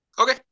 okay